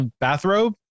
bathrobe